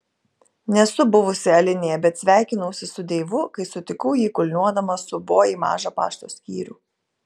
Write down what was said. nesu buvusi alinėje bet sveikinausi su deivu kai sutikau jį kulniuodama su bo į mažą pašto skyrių